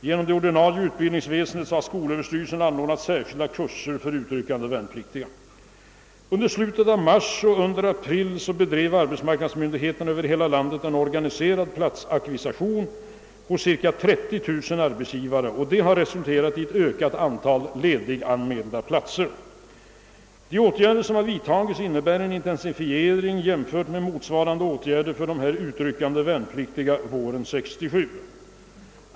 Genom det ordinarie utbildningsväsendet har skolöverstyrelsen anordnat särskilda kurser för utryckande värnpliktiga. Under slutet av mars och under april bedrev arbetsmarknadsmyndigheterna över hela landet en organiserad platsackvisition hos cirka 30000 arbetsgivare. Detta har resulterat i ett ökat antal lediganmälda platser. De åtgärder som vidtagits innebär en intensifiering jämförd med motsvarande åtgärder för de utryckande värnpliktiga våren 1967.